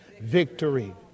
victory